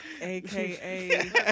aka